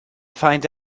find